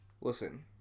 listen